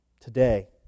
today